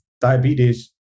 diabetes